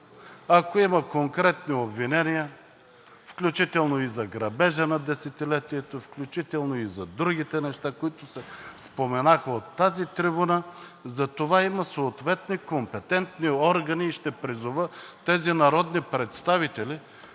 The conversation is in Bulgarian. Ако има конкретни обвинения, включително и за грабежа на десетилетието, включително и за другите неща, които се споменаха от тази трибуна, за това има съответни компетентни органи и ще призова тези народни представители,